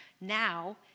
now